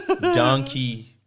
Donkey